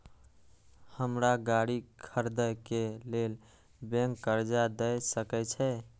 हमरा गाड़ी खरदे के लेल बैंक कर्जा देय सके छे?